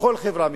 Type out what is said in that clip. בכל חברה מתוקנת.